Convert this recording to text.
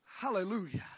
Hallelujah